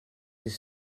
des